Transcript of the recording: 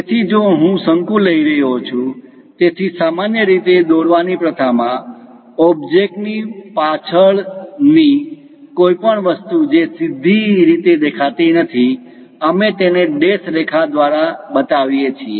તેથી જો હું શંકુ લઈ રહ્યો છું તેથી સામાન્ય રીતે દોરવાની પ્રથામાં ઓબ્જેક્ટ ની પાછળ ની કોઈપણ વસ્તુ જે સીધી રીતે દેખાતી નથી અમે તેને ડૅશ રેખા દ્વારા બતાવીએ છીએ